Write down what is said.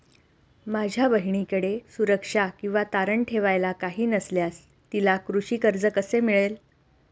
माझ्या बहिणीकडे सुरक्षा किंवा तारण ठेवायला काही नसल्यास तिला कृषी कर्ज कसे मिळेल?